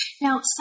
Now